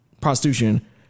prostitution